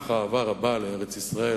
אהבה רבה כל כך לארץ-ישראל,